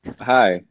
hi